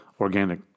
organic